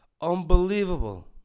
Unbelievable